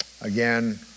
Again